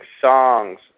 songs